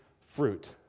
fruit